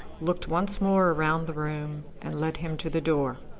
looked once more around the room, and led him to the door.